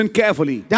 carefully